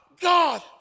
God